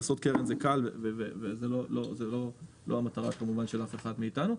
לעשות קרן זה קל וזו לא המטרה של אף אחד מאיתנו.